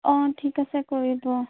অঁ ঠিক আছে কৰিব